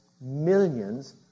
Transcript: millions